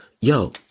Yo